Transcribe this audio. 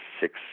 six